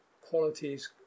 qualities